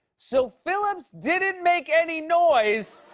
so phillips didn't make any noise,